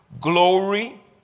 glory